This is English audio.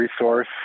resource